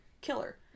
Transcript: killer